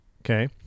Okay